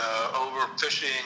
overfishing